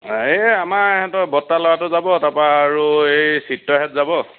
এই আমাৰ এহেতঁৰ বৰতাৰ ল'ৰাটো যাব তাৰপৰা আৰু এই চিত্ৰহত যাব